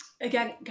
again